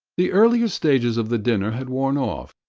the earlier stages of the dinner had worn off.